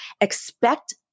expect